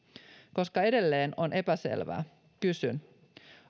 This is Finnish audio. koska edelleen on epäselvää kysyn